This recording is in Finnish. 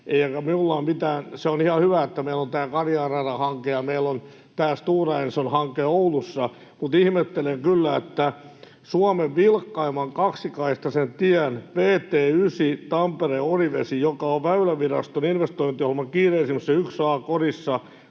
Se on ihan hyvä, että meillä on tämä Karjaan radan hanke ja meillä on tämä Stora Enson hanke Oulussa. Mutta ihmettelen kyllä, että Suomen vilkkaimman kaksikaistaisen tien, vt 9 Tampere—Orivesi, joka on Väyläviraston investointiohjelman kiireisimmässä 1A-korissa,